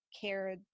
care